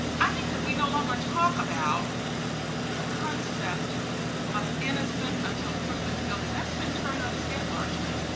i think that we no longer talk about the concept of innocent until proven guilty. that has been turned on its head largely.